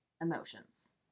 emotions